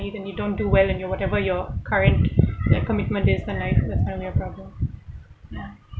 and if you don't do well in your whatever your current like commitment there's gonna like that's gonna be a problem ya